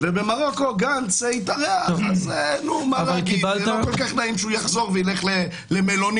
ובמרוקו גנץ התארח אז זה לא כל כך נעים שהוא יחזור וילך למלונית,